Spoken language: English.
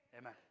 Amen